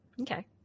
Okay